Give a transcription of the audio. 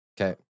Okay